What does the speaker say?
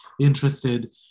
interested